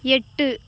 எட்டு